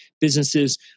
businesses